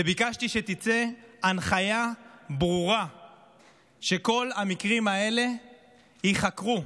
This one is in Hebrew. וביקשתי שתצא הנחיה ברורה שכל המקרים האלה ייחקרו.